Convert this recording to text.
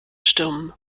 stürmen